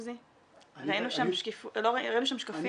עוזי, היינו שם, ראינו שם שקפים.